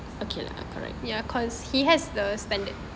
okay lah correct